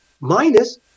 minus